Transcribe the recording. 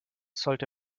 sollte